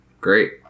Great